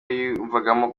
yiyumvagamo